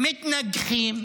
מתנגחים,